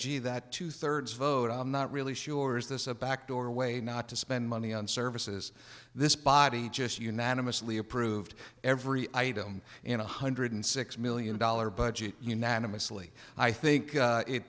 gee that two thirds vote i'm not really sure is this a backdoor way not to spend money on services this body just unanimously approved every item in one hundred six million dollars budget unanimously i think